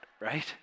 right